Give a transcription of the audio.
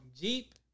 Jeep